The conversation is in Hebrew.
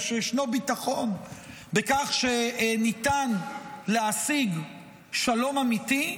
ושישנו ביטחון בכך שניתן להשיג שלום אמיתי,